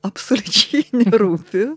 absoliučiai nerūpi